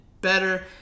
better